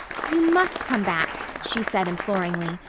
you must come back, she said imploringly.